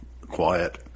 quiet